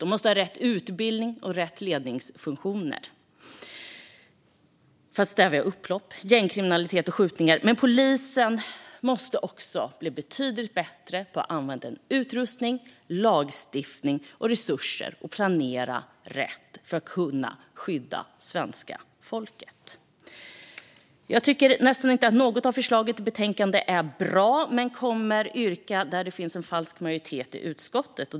De måste ha rätt utbildning och rätt ledningsfunktioner för att stävja upplopp, gängkriminalitet och skjutningar. Men polisen måste också bli betydligt bättre på att använda utrustning, lagstiftning, resurser samt planera rätt för att kunna skydda svenska folket. Det är nästan inte något förslag i betänkandet som är bra, men jag kommer att lägga fram yrkanden där det finns en falsk majoritet i utskottet.